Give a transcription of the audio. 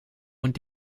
und